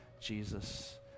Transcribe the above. Jesus